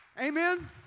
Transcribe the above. Amen